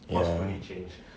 ya